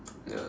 ya